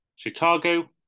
Chicago